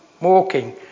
walking